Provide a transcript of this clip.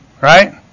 Right